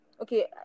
Okay